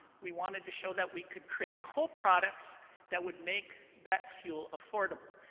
we wanted to show that we could create coproducts that would make that fuel affordable.